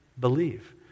believe